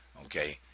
Okay